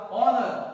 honor